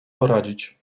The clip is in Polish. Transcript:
poradzić